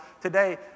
today